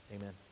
Amen